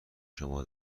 شما